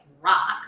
rock